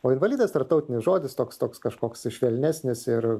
o invalidas tarptautinis žodis toks toks kažkoks švelnesnis ir